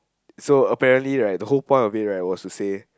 so apparently right the whole point of it right was to say